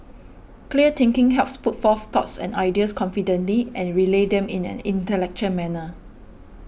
clear thinking helps put forth thoughts and ideas confidently and relay them in an intellectual manner